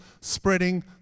spreading